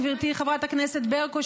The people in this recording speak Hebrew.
גברתי חברת הכנסת ברקו,